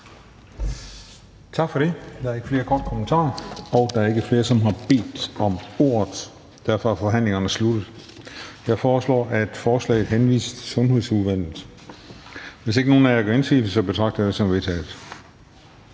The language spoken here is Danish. Christensen. Der er ikke flere korte bemærkninger. Da der i øvrigt ikke er flere, som har bedt om ordet, er forhandlingen slut. Jeg foreslår, at forslaget henvises til Udenrigsudvalget. Hvis ingen af jer gør indsigelse, betragter jeg det som vedtaget.